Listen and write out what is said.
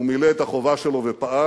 הוא מילא את החובה שלו ופעל.